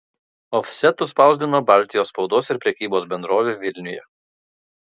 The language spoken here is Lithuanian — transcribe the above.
ofsetu spausdino baltijos spaudos ir prekybos bendrovė vilniuje